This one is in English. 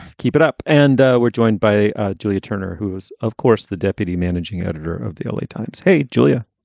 keep it up. and we're joined by julia turner, who's, of course, the deputy managing editor of the l a. times. hey, julia.